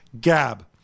gab